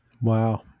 Wow